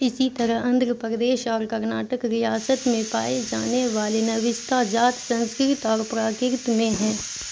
اسی طرح آندھر پردیش اور کرناٹک ریاست میں پائے جانے والے نوستہ جات سنسکرت اور پراکرت میں ہیں